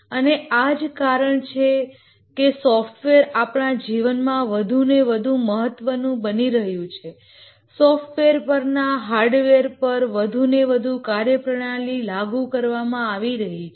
અને આ જ કારણ છે કે સોફ્ટવેર આપણા જીવનમાં વધુને વધુ મહત્વનું બની રહ્યું છે સોફ્ટવેર પરના હાર્ડવેર પર વધુ અને વધુ ફંકશનાલીટી લાગુ કરવામાં આવી રહી છે